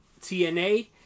TNA